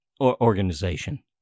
organization